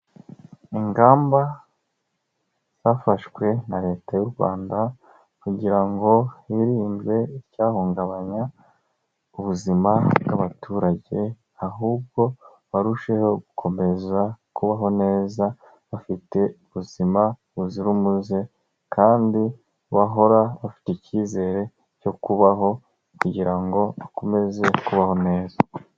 Ingamba zafashwe na leta y'u Rwanda kugira ngo hirindwe icyahungabanya ubuzima bw'abaturage ahubwo barusheho gukomeza kubaho neza bafite ubuzima buzira umuze, kandi bahora bafite icyizere cyo kubaho kugira ngo bakomeze kubaho neza.